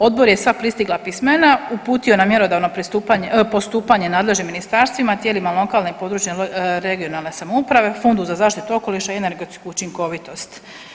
Odbor je sva pristigla pismena uputio na mjerodavno postupanje nadležnim ministarstvima, tijelima lokalne i područne (regionalne) samouprave, Fondu za zaštitu okoliša i energetsku učinkovitost.